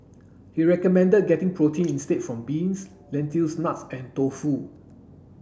he recommended getting protein instead from beans lentils nuts and tofu